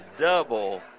double